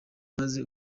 maze